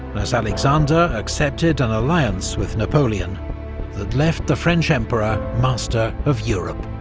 as alexander accepted an alliance with napoleon that left the french emperor master of europe.